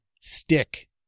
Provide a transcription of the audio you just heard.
stick